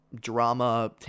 drama